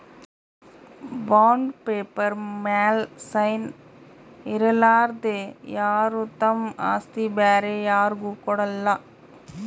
bond paper ಮ್ಯಾಲ್ sign ಇರಲಾರ್ದೆ ಯಾರು ತಮ್ ಆಸ್ತಿ ಬ್ಯಾರೆ ಯಾರ್ಗು ಕೊಡಲ್ಲ